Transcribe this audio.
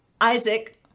Isaac